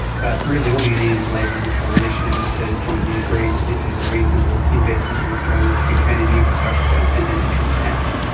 but really all you need is labor and the coalition to jointly agree that this is a reasonable investment in australia's future energy infrastructure and then it can happen.